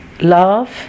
love